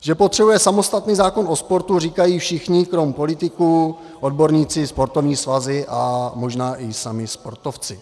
Že potřebuje samostatný zákon o sportu, říkají všichni, krom politiků, odborníci i sportovní svazy a možná i sami sportovci.